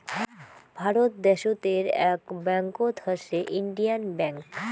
ভারত দ্যাশোতের আক ব্যাঙ্কত হসে ইন্ডিয়ান ব্যাঙ্ক